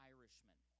Irishman